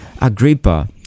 Agrippa